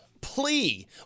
plea